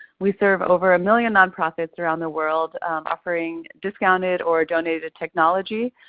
we serve over a million nonprofits around the world offering discounted or donated technology.